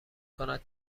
کند